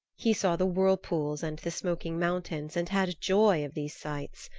he saw the whirlpools and the smoking mountains and had joy of these sights.